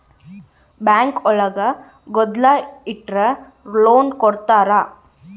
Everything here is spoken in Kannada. ಬ್ಯಾಂಕ್ ಒಳಗ ಗೋಲ್ಡ್ ಇಟ್ರ ಲೋನ್ ಕೊಡ್ತಾರ